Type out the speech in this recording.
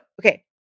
okay